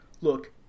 look